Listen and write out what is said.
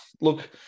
look